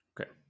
Okay